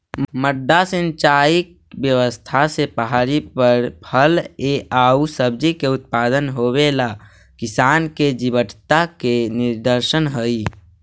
मड्डा सिंचाई व्यवस्था से पहाड़ी पर फल एआउ सब्जि के उत्पादन होवेला किसान के जीवटता के निदर्शन हइ